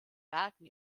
werken